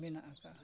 ᱢᱮᱱᱟᱜ ᱟᱠᱟᱫᱼᱟ